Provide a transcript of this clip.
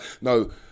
No